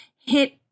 hit